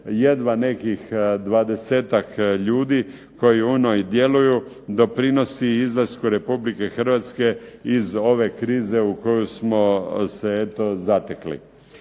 jedva nekih 20-ak ljudi koji u onoj djeluju, doprinosi izlasku Republike Hrvatske iz ove krize u koju smo se eto zatekli.